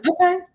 Okay